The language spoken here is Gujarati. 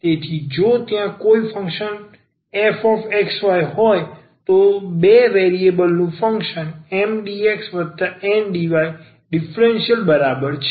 તેથી જો ત્યાં કોઈ ફંક્શન fxy હોય તો બે વેરિએબલ નું ફંક્શન MdxNdy ડીફરન્સીયલ બરાબર છે